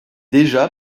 déjà